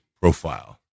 profile